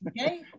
okay